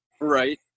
Right